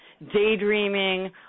daydreaming